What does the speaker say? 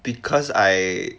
because I